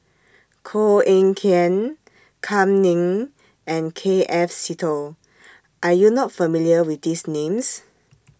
Koh Eng Kian Kam Ning and K F Seetoh Are YOU not familiar with These Names